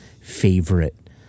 favorite